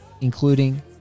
including